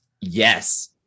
Yes